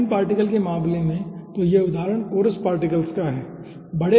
fine particle के मामले में तो यह उदाहरण कोरेस पार्टिकल का है ठीक है